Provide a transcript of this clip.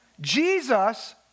Jesus